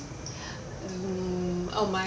mm oh my